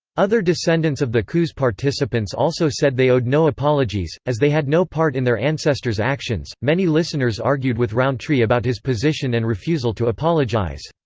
other descendants of the coup's participants also said they owed no apologies, as they had no part in their ancestors' actions many listeners argued with rountree about his position and refusal to apologize.